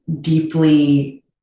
deeply